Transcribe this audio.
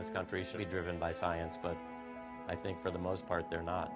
this country should be driven by science but i think for the most part they're not